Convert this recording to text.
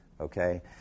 Okay